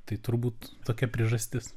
tai turbūt tokia priežastis